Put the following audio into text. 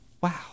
Wow